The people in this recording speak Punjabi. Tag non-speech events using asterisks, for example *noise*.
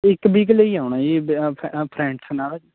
ਇੱਕ ਵੀਕ ਲਈ ਆਉਣਾ ਜੀ *unintelligible* ਫ਼ਰੈਡਸ ਨਾਲ਼